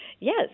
yes